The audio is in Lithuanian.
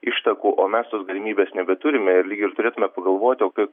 ištakų o mes tos galimybės nebeturime ir lyg ir turėtumėme pagalvoti o kaip